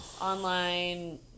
online